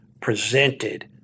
presented